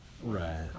Right